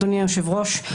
אדוני היושב-ראש,